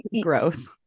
Gross